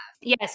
Yes